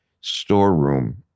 storeroom